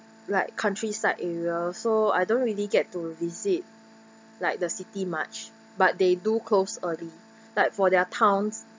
like countryside area so I don't really get to visit like the city much but they do close early like for their towns